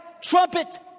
trumpet